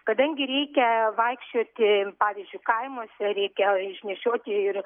kadangi reikia vaikščioti pavyzdžiui kaimuose reikia išnešioti ir